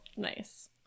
Nice